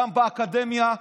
גם באקדמיה.